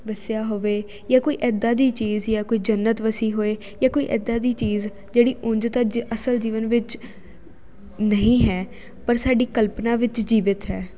ਵਸਿਆ ਹੋਵੇ ਜਾ ਕੋਈ ਇੱਦਾਂ ਦੀ ਚੀਜ਼ ਜਾ ਕੋਈ ਜੰਨਤ ਵਸੀ ਹੋਵੇ ਜਾ ਕੋਈ ਇੱਦਾਂ ਦੀ ਚੀਜ਼ ਜਿਹੜੀ ਉਂਝ ਤਾਂ ਅਸਲ ਜੀਵਨ ਵਿੱਚ ਨਹੀਂ ਹੈ ਪਰ ਸਾਡੀ ਕਲਪਨਾ ਵਿੱਚ ਜੀਵਿਤ ਹੈ